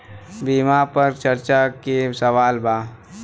बीमा पर चर्चा के सवाल बा?